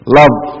love